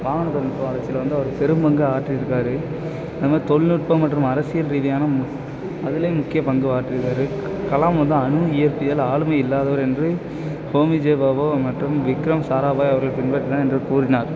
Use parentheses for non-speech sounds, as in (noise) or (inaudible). வாகன (unintelligible) வளர்ச்சியில வந்து அவர் பெரும் பங்கு ஆற்றியிருக்கார் அது மாதிரி தொழில்நுட்பம் மற்றும் அரசியல் ரீதியான அதிலையும் முக்கிய பங்கு ஆற்றியிருக்கார் கலாம் வந்து அணு இயற்பியல் ஆளுமை இல்லாதவர் என்று ஹோமிஜெ பாபு மற்றும் விக்கிரம் சாராபாய் அவங்களை பின்பற்றுனாங்க என்று கூறினார்